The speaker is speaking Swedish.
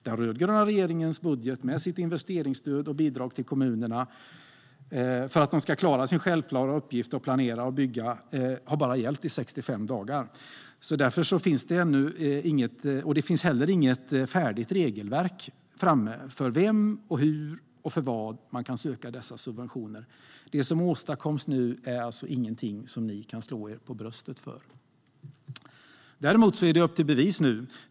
Den rödgröna regeringens budget, med sitt investeringsstöd och bidrag till kommunerna för att de ska klara av sin självklara uppgift att planera för att bygga, har gällt i bara 65 dagar. Det finns inte heller något färdigt regelverk för vem, hur och för vad man kan söka dessa subventioner. Det som åstadkoms nu är alltså inget som ni kan slå er för bröstet för. Däremot är det upp till bevis nu!